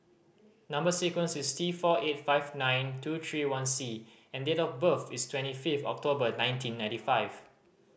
number sequence is T four eight five nine two three one C and date of birth is twenty fifth October nineteen ninety five